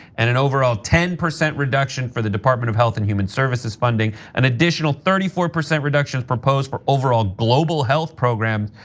and an overall ten percent reduction for the department of health and human services funding. an additional thirty four percent reductions proposed for overall global health programs,